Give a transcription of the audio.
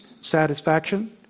satisfaction